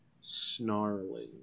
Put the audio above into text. snarling